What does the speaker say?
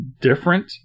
different